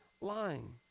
lying